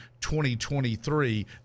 2023